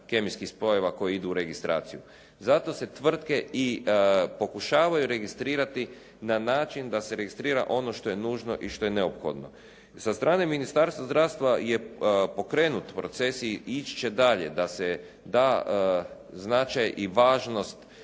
kemijskih spojeva koje idu u registraciju. Zato se tvrtke i pokušavaju registrirati na način da se registrira ono što je nužno i što je neophodno. Sa strane Ministarstva zdravstva je pokrenut proces i ići će dalje da se da značaj i važnost,